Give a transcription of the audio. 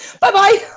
Bye-bye